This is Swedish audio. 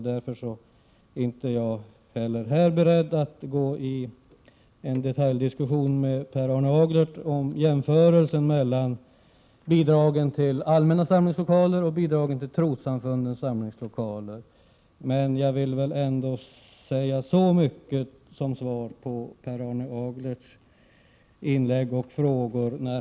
Därför är inte heller jag här beredd att gå in i en detaljdiskussion med Per Arne Aglert om bidragen till allmänna samlingslokaler och bidragen till trossamfundens samlingslokaler. Jag vill ändå säga några ord med anledning av Per Arne Aglerts inlägg och frågor.